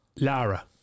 Lara